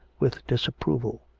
with disapproval,